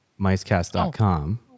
micecast.com